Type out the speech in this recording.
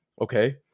okay